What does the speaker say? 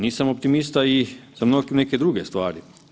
Nisam optimista i za mnoge neke druge stvari.